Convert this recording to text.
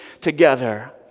together